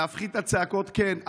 להפחית את הצעקות, כן.